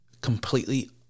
completely